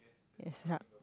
yes shark